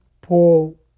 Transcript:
Paul